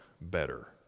better